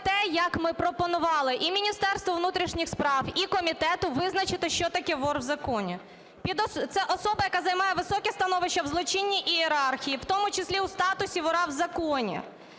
те, як ми пропонували і Міністерству внутрішніх справ, і комітету визначити, що таке "вор в законі". Це особа, яка займає високе становище в злочинній ієрархії, в тому числі у статусі "вора в законі",